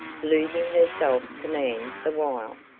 losing her self-command the while,